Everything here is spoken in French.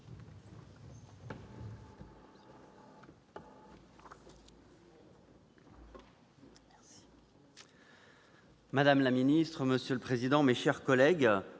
madame la ministre, monsieur le rapporteur, mes chers collègues,